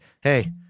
Hey